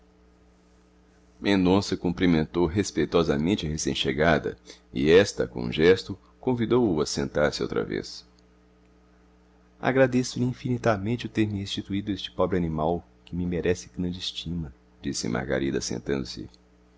mendonça cumprimentou respeitosamente a recém-chegada e esta com um gesto convidou-o a sentar-se outra vez agradeço-lhe infinitamente o ter-me restituído este pobre animal que me merece grande estima disse margarida sentando-se